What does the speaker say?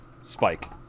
Spike